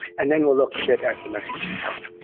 and then we'll look a bit at the message itself.